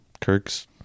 Kirk's